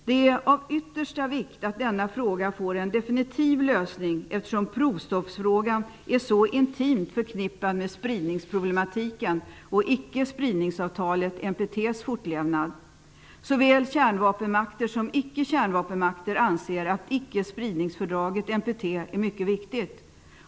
Det är av yttersta vikt att denna fråga får en definitiv lösning, eftersom provstoppsfrågan är så intimt förknippad med spridningsproblematiken och icke-spridningsavtalets, NPT:s, fortlevnad. Såväl kärnvapenmakter som ickekärnvapenmakter anser att ickespridningsfördraget, NPT, är mycket viktigt.